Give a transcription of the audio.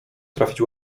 trafić